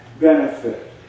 benefit